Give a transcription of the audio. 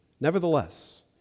Nevertheless